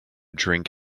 drink